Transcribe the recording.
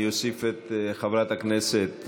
אני אוסיף את חברת הכנסת